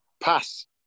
pass